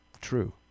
true